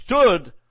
stood